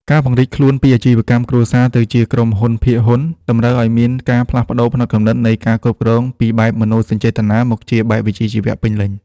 ការពង្រីកខ្លួនពីអាជីវកម្មគ្រួសារទៅជាក្រុមហ៊ុនភាគហ៊ុន តម្រូវឱ្យមានការផ្លាស់ប្តូរផ្នត់គំនិតនៃការគ្រប់គ្រងពីបែបមនោសញ្ចេតនាមកជាបែបវិជ្ជាជីវៈពេញលេញ។